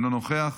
אינו נוכח,